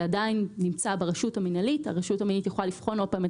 זה עדיין נמצא ברשות המינהלית שיכולה לבחון שוב את